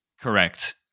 Correct